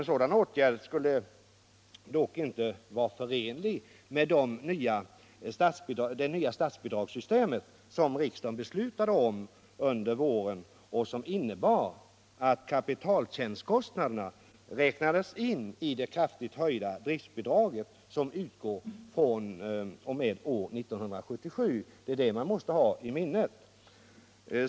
En sådan åtgärd skulle inte vara förenlig med det nya statsbidragssystem som riksdagen beslutade om under våren och som innebar att kapitaltjänstkostnaderna räknades in i det kraftigt höjda driftbidraget, som utgår fr.o.m. år 1977. Detta måste man ha i minnet.